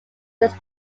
this